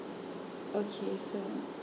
okay so